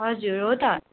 हजुर हो त